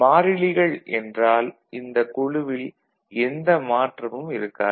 மாறிலிகள் என்றால் இந்தக் குழுவில் எந்த மாற்றமும் இருக்காது